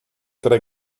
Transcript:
tre